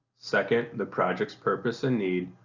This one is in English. second the project's purpose and need,